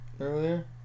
earlier